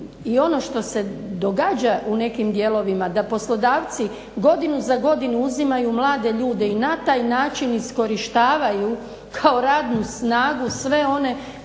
i ono što se događa u nekim dijelovima da poslodavci godinu za godinu uzimaju mlade ljude i na taj način iskorištavaju kao radnu snagu sve one